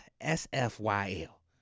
S-F-Y-L